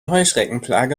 heuschreckenplage